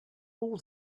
all